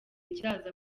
kizaza